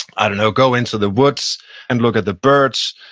i don't know, go into the woods and look at the birds,